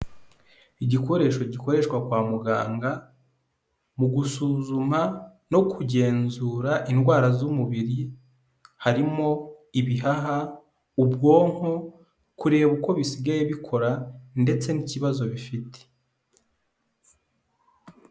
Igikoresho gikoreshwa kwa muganga, mu gusuzuma no kugenzura indwara z'umubiri, harimo ibihaha, ubwonko, kureba uko bisigaye bikora ndetse n'ikibazo bifite.